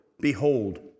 Behold